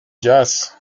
jazz